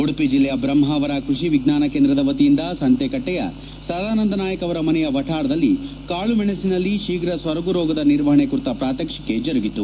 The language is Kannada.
ಉಡುಪಿ ಜಿಲ್ಲೆಯ ಬ್ರಹ್ಮಾವರ ಕೃಷಿ ವಿಜ್ಞಾನ ಕೇಂದ್ರದ ವತಿಯಿಂದ ಸಂತೆಕಟ್ಟೆಯ ಸದಾನಂದ ನಾಯಕ್ ಅವರ ಮನೆಯ ವಠಾರದಲ್ಲಿ ಕಾಳುಮೆಣಸಿನಲ್ಲಿ ಶೀಘ್ರ ಸೊರಗು ರೋಗದ ನಿರ್ವಹಣೆ ಕುರಿತ ಪ್ರಾತ್ಯಕ್ಷಿಕೆ ಜರುಗಿತು